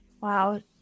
Wow